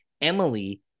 Emily